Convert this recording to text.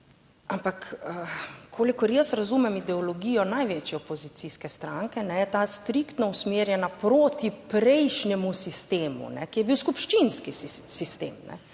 Ampak, kolikor jaz razumem ideologijo največje opozicijske stranke, je ta striktno usmerjena proti prejšnjemu sistemu, ki je bil skupščinski sistem.